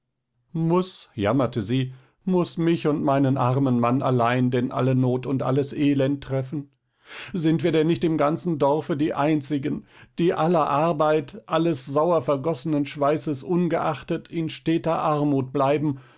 muß jammerte sie muß mich und meinen armen mann allein denn alle not und alles elend treffen sind wir denn nicht im ganzen dorfe die einzigen die aller arbeit alles sauer vergossenen schweißes ungeachtet in steter armut bleiben